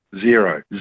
Zero